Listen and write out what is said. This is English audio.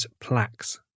plaques